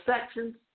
sections